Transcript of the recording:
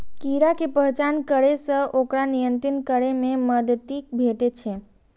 कीड़ा के पहचान करै सं ओकरा नियंत्रित करै मे मदति भेटै छै